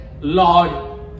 Lord